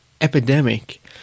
epidemic